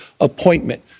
appointment